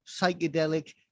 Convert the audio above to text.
psychedelic